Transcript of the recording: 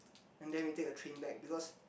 and then we take a train back because